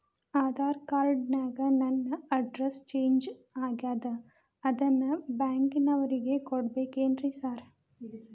Aadhaar card ನ್ಯಾಗ ನನ್ address change ಆಗ್ಯಾದ ಅದನ್ನ ಬ್ಯಾಂಕಿನೊರಿಗೆ ಕೊಡ್ಬೇಕೇನ್ರಿ ಸಾರ್?